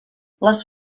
les